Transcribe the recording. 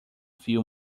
fio